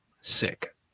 sick